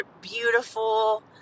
beautiful